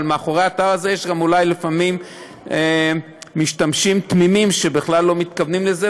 אבל מאחורי האתר הזה יש אולי משתמשים תמימים שבכלל לא מתכוונים לזה,